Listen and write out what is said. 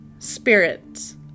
spirits